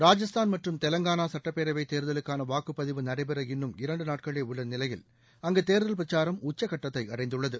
ராஜஸ்தான் மற்றும் தெவங்காளா சட்டப்பேரவை தேர்தலுக்காள வாக்குப் பதிவு நடைபெற இன்னும் இரண்டு நாட்களே உள்ள நிலையில் அங்கு தேர்தல் பிரச்சாரம் உச்ச கட்டத்தை அடைந்துள்ளது